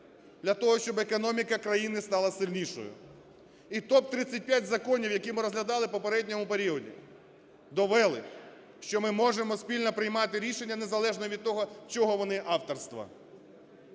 для того, щоб економіка країни стала сильнішою. І 135 законів, які ми розглядали в попередньому періоді, довели, що ми можемо спільно приймати рішення незалежно від того, кого вони авторства.